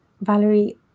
Valerie